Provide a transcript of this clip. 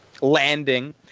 landing